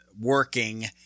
working-